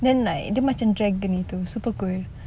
then like dia macam dragon gitu super cool